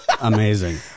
amazing